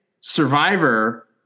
Survivor